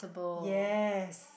yes